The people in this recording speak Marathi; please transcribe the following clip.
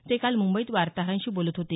ते काल मुंबईत वार्ताहरांशी बोलत होते